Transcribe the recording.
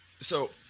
So-